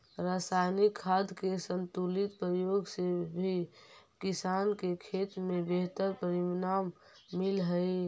रसायनिक खाद के संतुलित प्रयोग से भी किसान के खेत में बेहतर परिणाम मिलऽ हई